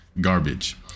Garbage